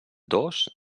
dos